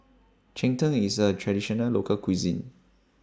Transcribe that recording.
Cheng Tng IS A Traditional Local Cuisine